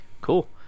cool